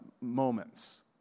moments